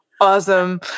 Awesome